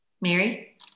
Mary